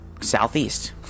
Southeast